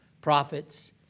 prophets